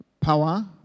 power